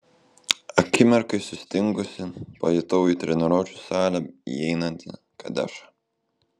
akimirkai sustingusi pajutau į treniruočių salę įeinantį kadešą